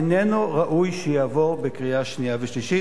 איננו ראוי שיעבור בקריאה שנייה ושלישית,